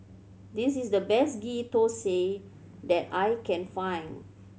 this is the best Ghee Thosai that I can find